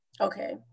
Okay